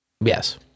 Yes